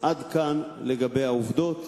עד כאן לגבי העובדות.